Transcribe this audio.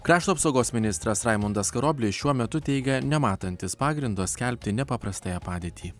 krašto apsaugos ministras raimundas karoblis šiuo metu teigia nematantis pagrindo skelbti nepaprastąją padėtį